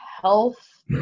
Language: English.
health